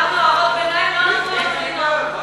היו פה הערות ביניים, לא נתנו לנו לנאום.